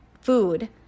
food